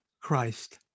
christ